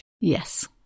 yes